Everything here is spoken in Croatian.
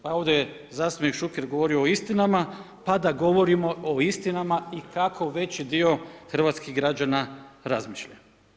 Pa ovdje je zastupnik Šuker govorio o istinama, pa da govorimo o istinama i kako veći dio hrvatskih građana razmišlja.